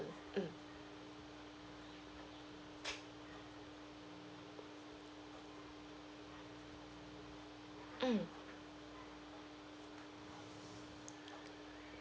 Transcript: mm mm